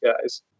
guys